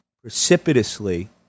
precipitously